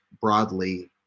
broadly